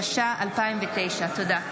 התש"ע 2009. תודה.